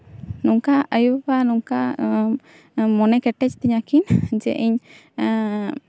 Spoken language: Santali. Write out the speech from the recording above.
ᱱᱚᱝᱠᱟ ᱟᱭᱳᱼᱵᱟᱵᱟ ᱱᱚᱝᱠᱟ ᱢᱚᱱᱮ ᱠᱮᱴᱮᱡ ᱛᱤᱧᱟᱹ ᱠᱤᱱ ᱡᱮ ᱤᱧ